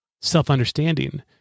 self-understanding